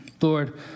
Lord